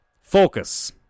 Focus